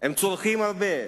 הם צורכים הרבה.